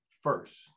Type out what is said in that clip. first